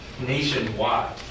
nationwide